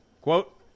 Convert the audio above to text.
quote